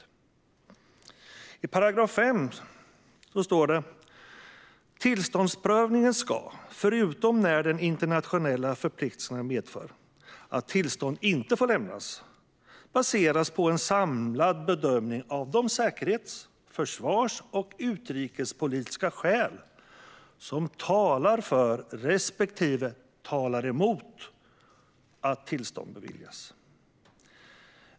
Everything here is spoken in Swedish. I 5 § står det: "Tillståndsprövningen ska, förutom när de internationella förpliktelserna medför att tillstånd inte får lämnas, baseras på en samlad bedömning av de säkerhets-, försvars och utrikespolitiska skäl som talar för respektive talar emot att tillstånd beviljas.